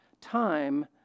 Time